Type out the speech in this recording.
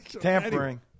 Tampering